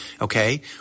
Okay